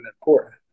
important